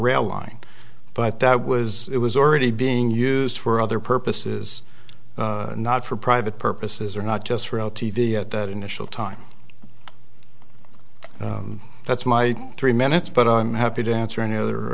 rail line but that was it was already being used for other purposes not for private purposes or not just for o t v at that initial time that's my three minutes but i'm happy to answer any other